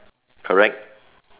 correct